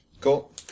Cool